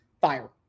fire